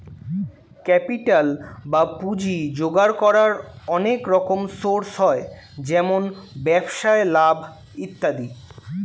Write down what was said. capital বা পুঁজি জোগাড় করার অনেক রকম সোর্স হয়, যেমন ব্যবসায় লাভ ইত্যাদি